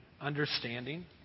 understanding